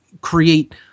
create